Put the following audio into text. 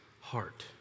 heart